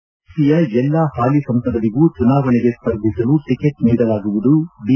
ಬಿಜೆಪಿಯ ಎಲ್ಲಾ ಹಾಲಿ ಸಂಸದರಿಗೂ ಚುನಾವಣೆಗೆ ಸ್ಪರ್ಧಿಸಲು ಟಿಕೆಟ್ ನೀಡಲಾಗುವುದು ಬಿ